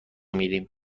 میدیم